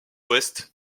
ouest